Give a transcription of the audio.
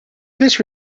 this